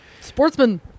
Sportsman